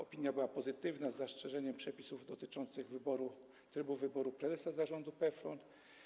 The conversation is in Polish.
Opinia była pozytywna z zastrzeżeniem przepisów dotyczących trybu wyboru prezesa zarządu PFRON.